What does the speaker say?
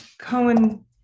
Cohen